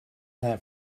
that